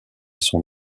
son